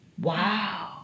wow